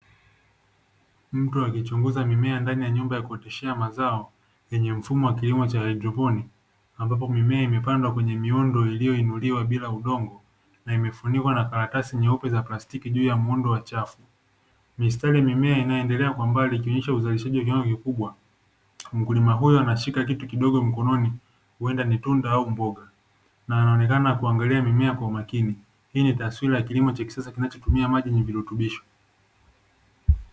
Mtu akichunguza mimea ndani ya nyumba ya kuoteshea mazao yenye mfumo wa kilimo cha haidroponi, ambapo mimea imepandwa kwenye miundo iliyoinuliwa bila udongo na imefunikwa na karatasi nyeupe za plastiki juu ya muundo wa chafu. Mistari ya mimea inayoendelea kwa mbali ikionesha uzalishaji wa kiwango kikubwa. Mkulima huyo anashika kitu kidogo mkononi huenda ni tunda au mboga na anaonekana kuangalia mimea kwa umakini. Hii ni taswira ya kilimo cha kisasa kinachotumia maji yenye virutubisho.